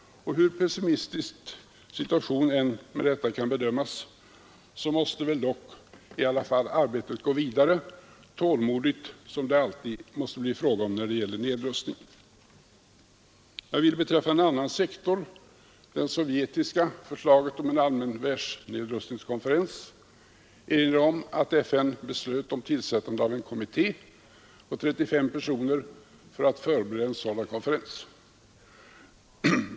Hur pessimistisk situationen än med rätta kan bedömas, måste väl arbetet i alla fall gå vidare — tålmodigt, som det alltid måste bli fråga om när det gäller nedrustning. Jag vill beträffande en annan sektor, det sovjetiska förslaget om en allmän världsnedrustningskonferens, erinra om att FN beslutat om tillsättande av en kommitté på 35 personer för att förbereda en sådan konferens.